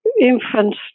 infants